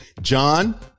John